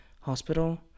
hospital